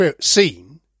scene